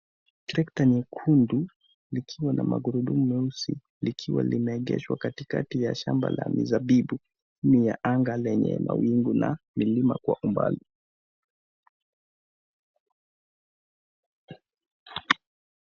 Trekta nyekundu likiwa na magurudumu meusi likiwa limeegeshwa katika ya shamba la mizabibu. Ni ya anga lenye mawingu la milima kwa umbali.